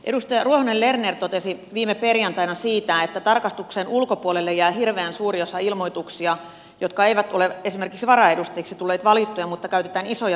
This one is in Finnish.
edustaja ruohonen lerner totesi viime perjantaina että tarkastuksen ulkopuolelle jää hirveän suuri osa ilmoituksia sellaisilta henkilöiltä jotka eivät ole esimerkiksi varaedustajiksi tulleet valittua mutta ovat käyttäneet isoja summia